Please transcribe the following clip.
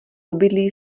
obydlí